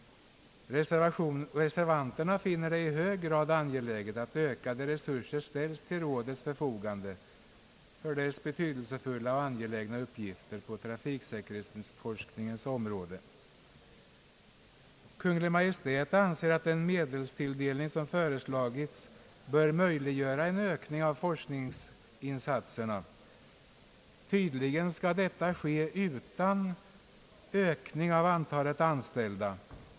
Reservanterna finner det i hög grad angeläget att ökade resurser ställs till rådets förfogande för dess betydelsefulla och angelägna uppgifter på trafiksäkerhetsforskningens område. Kungl. Maj:t anser att den medelstilldelning som föreslagits bör möjliggöra en ökning av forskningsinsatserna. Tydligen skall detta ske utan ökning av antalet anställda.